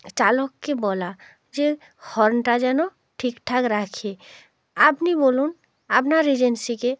চালককে বলা যে হর্নটা যেন ঠিক ঠাক রাখে আপনি বলুন আপনার এজেন্সিকে